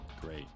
Great